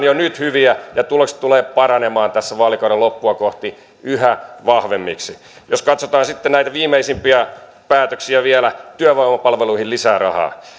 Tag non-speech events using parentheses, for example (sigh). (unintelligible) jo nyt hyviä ja tulokset tulevat paranemaan vaalikauden loppua kohti yhä vahvemmiksi jos katsotaan sitten näitä viimeisimpiä päätöksiä vielä työvoimapalveluihin lisää rahaa